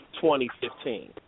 2015